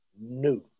new